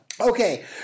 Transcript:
Okay